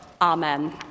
Amen